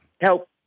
help